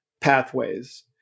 pathways